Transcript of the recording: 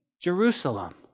Jerusalem